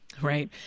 Right